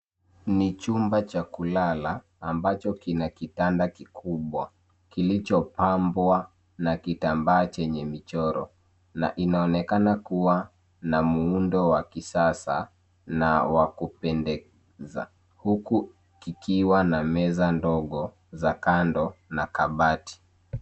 Ni chumba cha kulala ambacho kina kitanda kikubwa kilichopambwa na kitambaa chenye michoro na inaonekana kuwa na muundo wa kisasa na kuwakupendekeza huku kikiwa na meza ndogo za kando na kabati.